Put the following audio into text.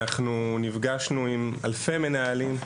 אנחנו נפגשנו עם אלפי מנהלים,